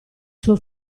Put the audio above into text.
suo